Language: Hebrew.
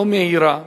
לא מהירה.